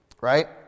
right